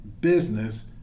business